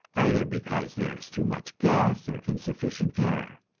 either because there is too much gas or insufficient air.